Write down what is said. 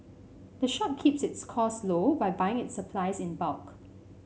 the shop keeps its cost low by buying its supplies in bulk